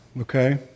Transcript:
Okay